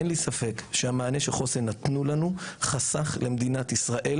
אין לי ספק שהמענה שחוסן נתנו לנו חסך למדינת ישראל